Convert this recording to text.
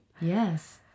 Yes